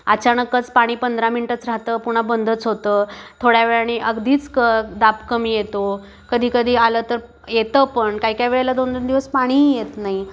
अचानकच पाणी पंधरा मिनटच राहतं पुन्हा बंदच होतं थोड्या वेळाने अगदीच क दाब कमी येतो कधीकधी आलं तर येतं पण काय काय वेळेला दोन दोन दिवस पाणी ही येत नाही